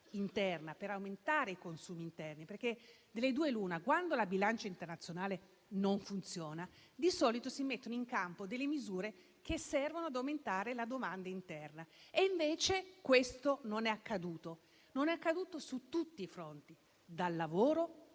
interna e per aumentare i consumi interni. Delle due l'una: quando la bilancia internazionale non funziona, di solito si mettono in campo delle misure che servono ad aumentare la domanda interna. Invece questo non è accaduto. Non è accaduto su tutti i fronti, dal lavoro